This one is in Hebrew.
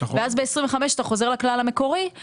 ואז בשנת 2025 אתה חוזר לכלל המקורי.